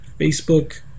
Facebook